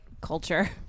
culture